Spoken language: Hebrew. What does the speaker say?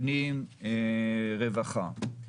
פנים ורווחה.